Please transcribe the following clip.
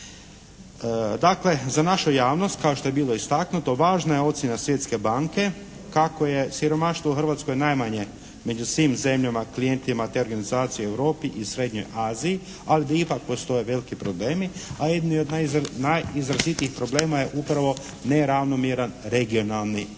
Dakle, za našu javnost kao što je bilo istaknuto važna je ocjena Svjetske banke kako je siromaštvo u Hrvatskoj najmanje među svim zemljama klijentima te organizacije u Europi i Srednjoj Aziji, ali ipak postoje veliki problemi, a jedni od najizrazitijih problema je upravo neravnomjeran regionalni razvoj,